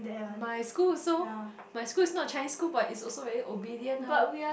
my school also my school is not Chinese school but is also very obedient ah